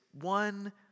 one